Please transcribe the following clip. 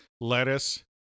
lettuce